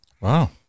Wow